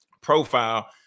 profile